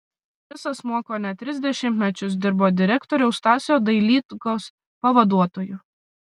šis asmuo kone tris dešimtmečius dirbo direktoriaus stasio dailydkos pavaduotoju